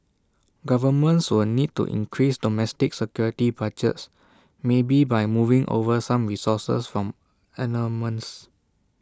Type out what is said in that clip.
governments will need to increase domestic security budgets maybe by moving over some resources from armaments